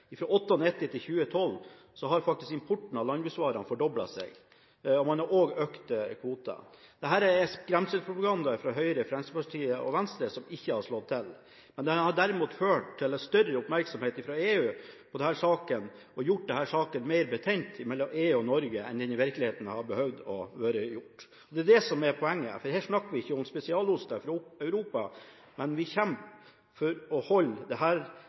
til 2012 har faktisk importen av landbruksvarer fordoblet seg, og man har også økte kvoter. Dette er skremselspropaganda fra Høyre, Fremskrittspartiet og Venstre som ikke har slått til, men som derimot har ført til en større oppmerksomhet fra EU på denne saken, og som har gjort forholdet mellom EU og Norge mer betent enn det i virkeligheten hadde behøvd å være. Det er dette som er poenget, for her snakker vi ikke om spesialoster fra Europa. Vi kjemper for å holde